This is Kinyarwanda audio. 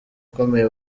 ukomeye